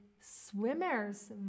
swimmers